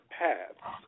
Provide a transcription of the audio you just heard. paths